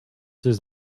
his